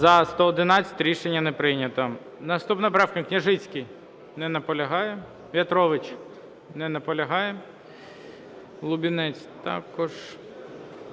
За-111 Рішення не прийнято. Наступна правка, Княжицький. Не наполягає. В'ятрович. Не наполягає. Лубінець також.